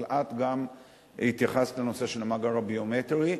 אבל גם את התייחסת לנושא של המאגר הביומטרי.